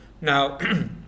Now